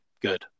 good